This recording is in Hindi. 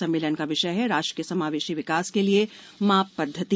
सम्मेलन का विषय है राष्ट्र के समावेशी विकास के लिए माप पद्धति